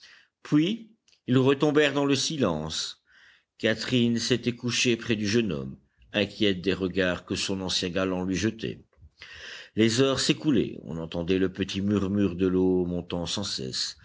puis ils retombèrent dans leur silence catherine s'était couchée près du jeune homme inquiète des regards que son ancien galant lui jetait les heures s'écoulaient on entendait le petit murmure de l'eau montant sans cesse